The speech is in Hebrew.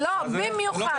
במיוחד.